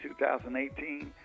2018